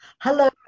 Hello